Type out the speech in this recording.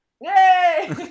yay